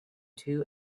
two